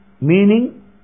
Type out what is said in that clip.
meaning